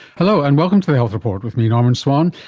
hello and welcome to the health report with me, norman swan.